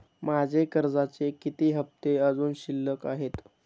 माझे कर्जाचे किती हफ्ते अजुन शिल्लक आहेत?